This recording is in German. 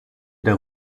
der